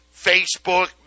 Facebook